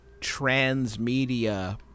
transmedia